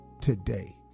today